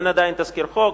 אין עדיין תזכיר חוק,